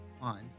on